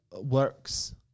works